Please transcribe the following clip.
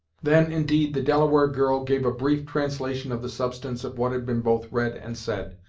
then, indeed, the delaware girl gave a brief translation of the substance of what had been both read and said,